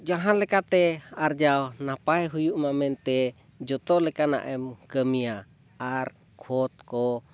ᱡᱟᱦᱟᱸ ᱞᱮᱠᱟᱛᱮ ᱟᱨᱡᱟᱣ ᱱᱟᱯᱟᱭ ᱦᱩᱭᱩᱜᱼᱢᱟ ᱢᱮᱱᱛᱮ ᱡᱚᱛᱚ ᱞᱮᱠᱟᱱᱟᱜ ᱮᱢ ᱠᱟᱹᱢᱤᱭᱟ ᱟᱨ ᱠᱷᱚᱛ ᱠᱚ